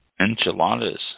Enchiladas